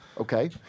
Okay